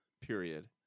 period